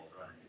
right